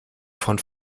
von